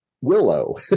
Willow